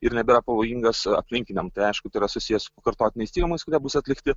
ir nebepavojingas aplinkiniam tai aišku tai yra susiję su pakartotiniais tyrimais kurie bus atlikti